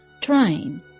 trying